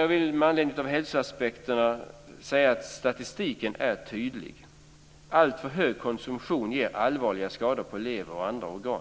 Jag vill med anledning av hälsoaspekterna säga att statistiken är tydlig. Alltför hög konsumtion ger allvarliga skador på lever och andra organ.